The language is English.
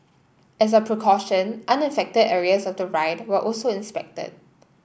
as a precaution unaffected areas of the ride were also inspected